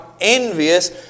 envious